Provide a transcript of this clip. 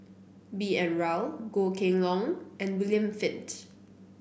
B N Rao Goh Kheng Long and William Flint